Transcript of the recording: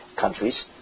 countries